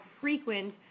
frequent